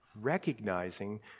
Recognizing